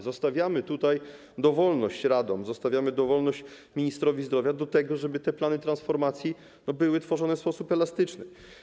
Zostawiamy tutaj dowolność radom, zostawiamy dowolność ministrowi zdrowia, żeby te plany transformacji były tworzone w sposób elastyczny.